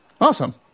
Awesome